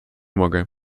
mogę